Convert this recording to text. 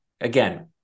again